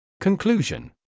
Conclusion